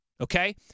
okay